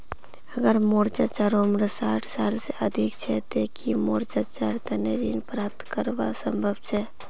अगर मोर चाचा उम्र साठ साल से अधिक छे ते कि मोर चाचार तने ऋण प्राप्त करना संभव छे?